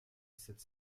sept